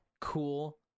cool